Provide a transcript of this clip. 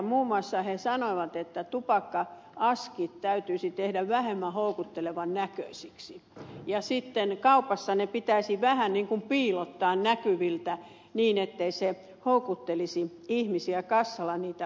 muun muassa he sanoivat että tupakka askit täytyisi tehdä vähemmän houkuttelevan näköisiksi ja kaupassa ne askit pitäisi vähän niin kuin piilottaa näkyviltä niin etteivät ne houkuttelisi ihmisiä kassalla niitä ostamaan